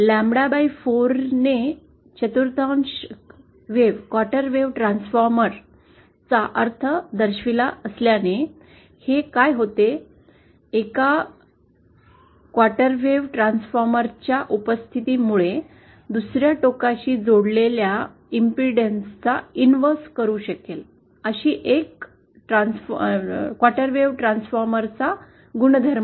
lambda 4 ने चतुर्थांश wave transformer चा अर्थ दर्शविला असल्याने हे काय होते एका चतुर्थांश वेव्ह ट्रान्सफॉर्मरच्या उपस्थिती मुळे दुसर्या टोकाशी जोडलेल्या प्रति बाधा उलटा करू शकेल अशी एक चतुर्थांश वेव्ह ट्रान्सफॉर्मरचा गुणधर्म